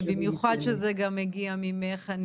במיוחד כשזה גם מגיע ממך.